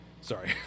Sorry